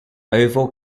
oval